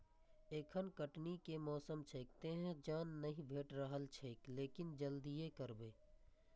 एखन कटनी के मौसम छैक, तें जन नहि भेटि रहल छैक, लेकिन जल्दिए करबै